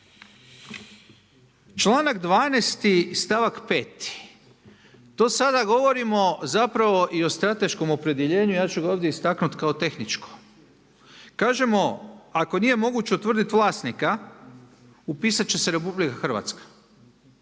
Članak 12. stavak 5. to sada govorimo zapravo i o stratešku opredjeljenju, ja ću ga ovdje istaknuti kao tehničko. Kažemo, ako nije moguće utvrditi vlasnika, upisati će se RH.